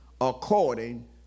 according